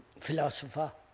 philosopher